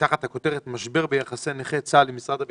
תחת הכותרת "משבר ביחסי נכי צה"ל עם משרד הביטחון"